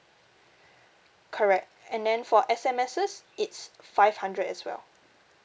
correct and then for S_M_Ss it's five hundred as well